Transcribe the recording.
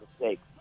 mistakes